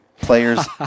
players